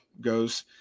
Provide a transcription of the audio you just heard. goes